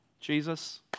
Jesus